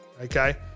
okay